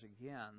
again